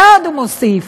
ועוד הוא מוסיף: